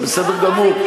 זה בסדר גמור.